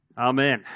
Amen